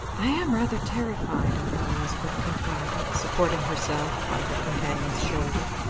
i am rather terrified of her, elizabeth confided, supporting herself by her companion's shoulder.